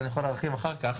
אני יכול להרחיב אחר כך,